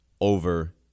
over